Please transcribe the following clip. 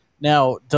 Now